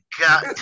God